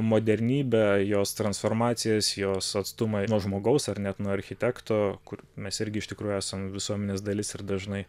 modernybę jos transformacijas jos atstumai nuo žmogaus ar net nuo architekto kur mes irgi iš tikrųjų esam visuomenės dalis ir dažnai